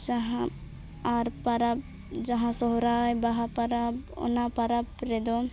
ᱡᱟᱦᱟᱸ ᱟᱨ ᱯᱟᱨᱟᱵᱽ ᱡᱟᱦᱟᱸ ᱥᱚᱦᱚᱨᱟᱭ ᱵᱟᱦᱟ ᱯᱟᱨᱟᱵᱽ ᱚᱱᱟ ᱯᱟᱨᱟᱵᱽ ᱨᱮᱫᱚ